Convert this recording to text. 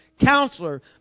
Counselor